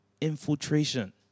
Infiltration